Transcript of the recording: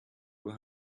will